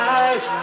eyes